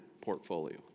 portfolio